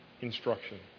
instruction